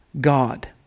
God